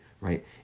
right